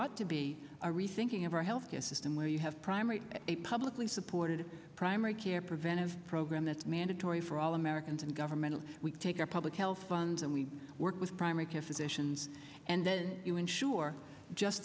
ought to be a rethinking of our health care system where you have primary a publicly supported primary care preventive program that's mandatory for all americans and governmental we take our public health funds and we work with primary care physicians and then you insure just